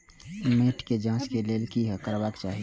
मैट के जांच के लेल कि करबाक चाही?